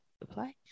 Apply